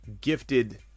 gifted